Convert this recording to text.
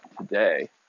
today